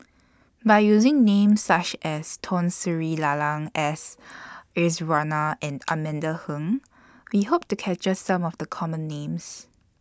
By using Names such as Tun Sri Lanang S Iswaran and Amanda Heng We Hope to capture Some of The Common Names